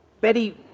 Betty